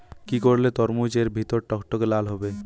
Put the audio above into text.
কি করলে তরমুজ এর ভেতর টকটকে লাল হবে?